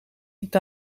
niet